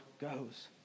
goes